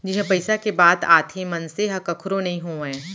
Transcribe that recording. जिहाँ पइसा के बात आथे मनसे ह कखरो नइ होवय